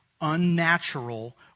unnatural